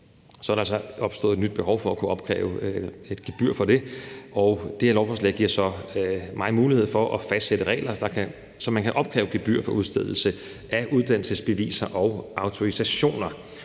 er der så opstået et nyt behov for at kunne opkræve et gebyr for det, og det her lovforslag giver så mig mulighed for at fastsætte regler, så man kan opkræve et gebyr for udstedelse af uddannelsesbeviser og autorisationer.